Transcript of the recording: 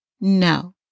No